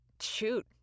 Shoot